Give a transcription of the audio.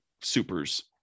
supers